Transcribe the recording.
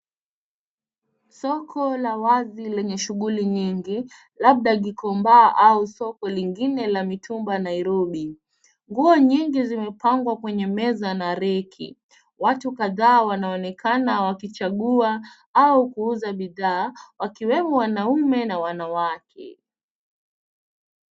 Soko la wazi lenye shughuli nyingi labda gikombaa au soko lingine la mitumba Nairobi. Nguo nyingi zimepangwa kwenye meza na reki, watu kathaa wanaonekana wakichagua au kuuza bidhaa wakiwemo wanaume na wanawake.